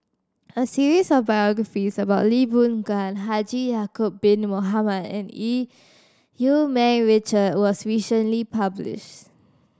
a series of biographies about Lee Boon Gan Haji Ya'acob Bin Mohamed and Eu Yee Ming Richard was recently published